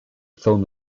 film